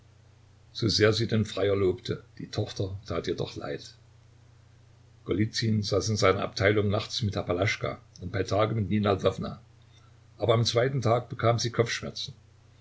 so sehr sie den freier lobte die tochter tat ihr doch leid golizyn saß in seiner abteilung nachts mit der palaschka und bei tage mit nina ljwowna aber am zweiten tag bekam sie kopfschmerzen